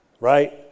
Right